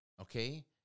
Okay